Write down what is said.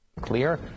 Clear